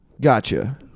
Gotcha